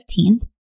15th